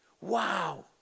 Wow